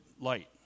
light